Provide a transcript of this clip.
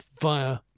via